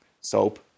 soap